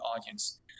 audience